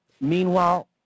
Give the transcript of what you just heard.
Meanwhile